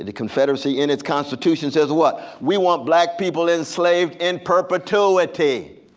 and confederacy in its constitution says what? we want black people enslaved in perpetuity.